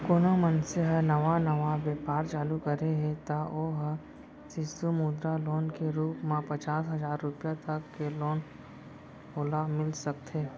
कोनो मनसे ह नवा नवा बेपार चालू करे हे त ओ ह सिसु मुद्रा लोन के रुप म पचास हजार रुपया तक के लोन ओला मिल सकथे